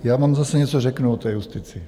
Já vám zase něco řeknu o té justici.